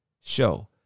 show